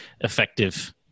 effective